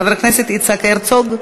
חבר הכנסת יצחק הרצוג,